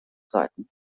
sollten